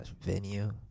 venue